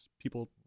People